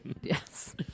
Yes